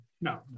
No